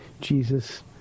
Jesus